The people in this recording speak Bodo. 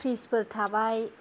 फ्रिज फोर थाबाय